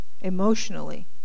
emotionally